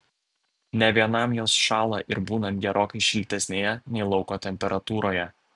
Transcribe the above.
ne vienam jos šąla ir būnant gerokai šiltesnėje nei lauko temperatūroje